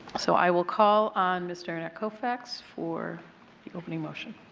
so i will call on ms. derenak kaufax for the opening motion.